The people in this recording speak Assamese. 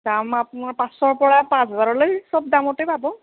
দাম আপোনাৰ পাঁচশৰ পৰা পাঁশ হেজাৰলৈ চব দামতে পাব